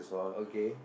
okay